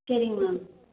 சரிங்க மேம்